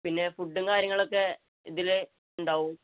പിന്നെ ഫുഡും കാര്യങ്ങളുമൊക്കെ ഇതിലുണ്ടാകും